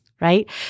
Right